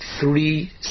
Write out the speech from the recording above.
three